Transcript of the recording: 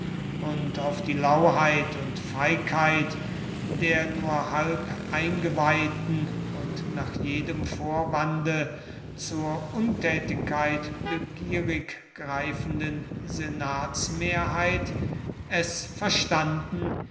und auf die lauheit und feigheit der nur halb eingeweihten und nach jedem vorwande zur untätigkeit begierig greifenden senatsmehrheit es verstanden